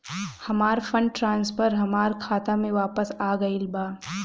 हमर fund transfer हमर खाता में वापस आ गईल बा